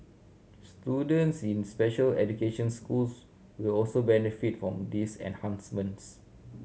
students in special education schools will also benefit from these enhancements